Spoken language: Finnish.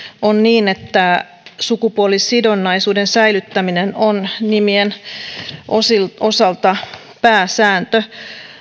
on niin että sukupuolisidonnaisuuden säilyttäminen on nimien osalta pääsääntö